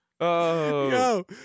Yo